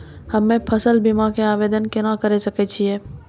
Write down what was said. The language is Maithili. हम्मे फसल बीमा के आवदेन केना करे सकय छियै?